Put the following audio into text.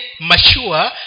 mature